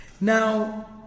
Now